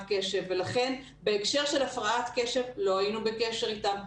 קשב ולכן בהקשר של הפרעת קשב לא היינו בקשר איתם,